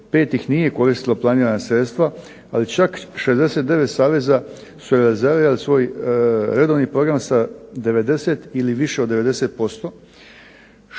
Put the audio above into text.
pet ih nije koristilo planirana sredstva, ali čak 69 saveza su …/Ne razumije se./… svoj redovni program sa 90 ili više od 90%,